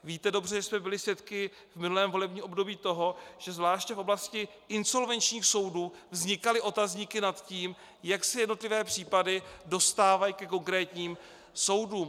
Víte dobře, že jsme byli svědky v minulém volebním období toho, že zvláště v oblasti insolvenčních soudů vznikaly otazníky nad tím, jak se jednotlivé případy dostávají ke konkrétním soudům.